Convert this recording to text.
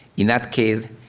in that case,